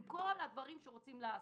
עם כל הדברים שרוצים לעשות.